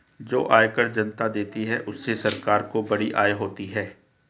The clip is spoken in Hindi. जो आयकर जनता देती है उससे सरकार को बड़ी आय होती है